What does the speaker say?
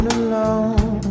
alone